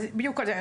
אני בדיוק על זה.